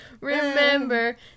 remember